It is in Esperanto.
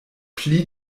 pli